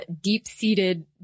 deep-seated